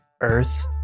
earth